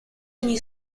ogni